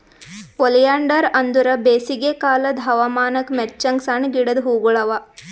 oleander ಅಂದುರ್ ಬೇಸಿಗೆ ಕಾಲದ್ ಹವಾಮಾನಕ್ ಮೆಚ್ಚಂಗ್ ಸಣ್ಣ ಗಿಡದ್ ಹೂಗೊಳ್ ಅವಾ